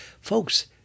Folks